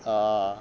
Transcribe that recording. err